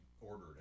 ordered